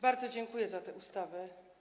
Bardzo dziękuję za tę ustawę.